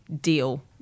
deal